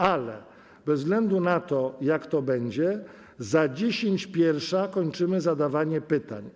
Ale bez względu na to, jak to będzie, za dziesięć pierwsza kończymy zadawanie pytań.